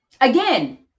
Again